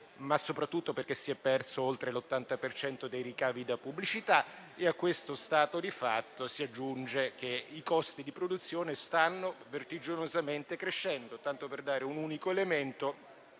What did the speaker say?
ma soprattutto oltre l'80 per cento dei ricavi da pubblicità. A questo stato di fatto si aggiunge che i costi di produzione stanno vertiginosamente crescendo: tanto per dare un unico elemento